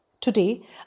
Today